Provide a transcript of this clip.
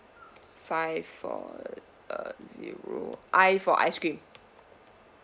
five four uh zero I for ice cream